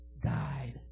died